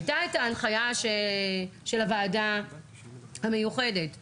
הייתה את ההנחיה של הוועדה המיוחדת בצה"ל,